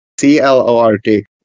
C-L-O-R-D